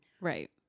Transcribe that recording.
Right